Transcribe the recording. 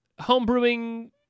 homebrewing